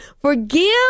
Forgive